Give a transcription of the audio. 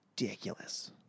ridiculous